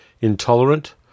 intolerant